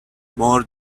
more